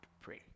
pray